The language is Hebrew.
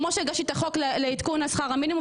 כמו שהגשתי את החוק לעדכון שכר המינימום,